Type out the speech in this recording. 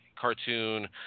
cartoon